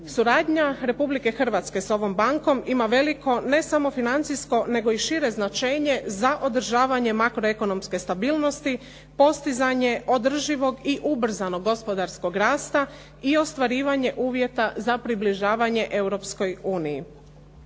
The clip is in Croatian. Suradnja Republike Hrvatske sa ovom bankom ima veliko ne samo financijsko nego i šire značenje za održavanje makro-ekonomske stabilnosti, postizanje održivog i ubrzanog gospodarskog rasta i ostvarivanje uvjeta za približavanje Europskoj uniji.